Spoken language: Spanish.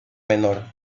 menor